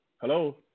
Hello